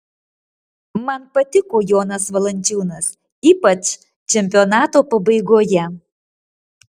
man patiko jonas valančiūnas ypač čempionato pabaigoje